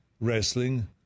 wrestling